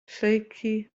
lleucu